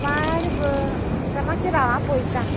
वार राव मात्शें राव हांव पोयतां